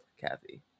Kathy